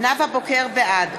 בעד